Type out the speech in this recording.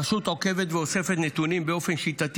קריטריונים: הרשות עוקבת ואוספת נתונים באופן שיטתי